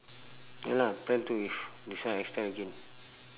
ya lah plan to with this one extend again